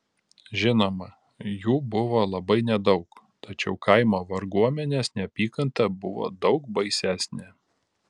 žinoma jų buvo labai nedaug tačiau kaimo varguomenės neapykanta buvo daug baisesnė